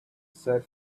set